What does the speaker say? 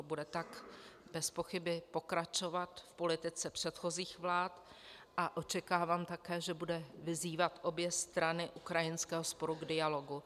Bude tak bezpochyby pokračovat v politice předchozích vlád a očekávám také, že bude vyzývat obě strany ukrajinského sporu k dialogu.